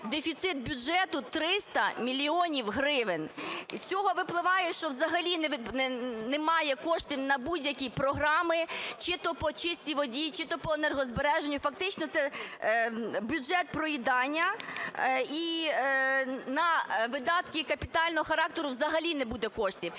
дефіцит бюджету 300 мільйонів гривень. З цього випливає, що взагалі немає коштів на будь-які програми чи то по чистій воді, чи то по енергозбереженню, фактично це бюджет проїдання. І на видатки капітального характеру взагалі не буде коштів.